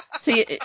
See